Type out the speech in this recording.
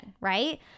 right